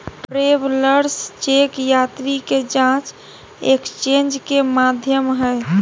travellers cheque यात्री के जांच एक्सचेंज के माध्यम हइ